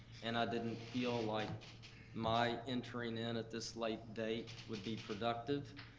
and i didn't feel like my entering in at this late date would be productive.